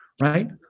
right